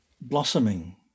blossoming